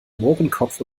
mohrenkopf